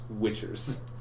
witchers